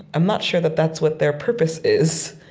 i'm not sure that that's what their purpose is.